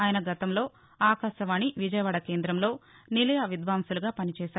వీరు గతంలో ఆకాశవాణి విజయవాడ కేంద్రంలో నిలయ విద్వాంసులుగా పనిచేశారు